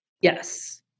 yes